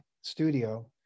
studio